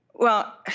well,